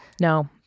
No